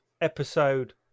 episode